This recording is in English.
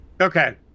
Okay